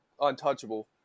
untouchable